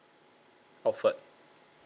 offered